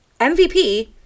MVP